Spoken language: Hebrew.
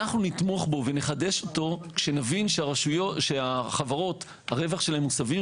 אנחנו נתמוך בו ונחדש אותו כשנבין שהרווח של החברות הוא סביר.